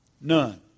None